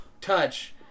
touch